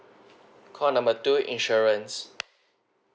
call number two insurance